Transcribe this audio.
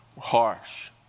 harsh